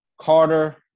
carter